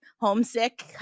homesick